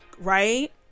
Right